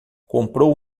comprou